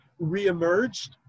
reemerged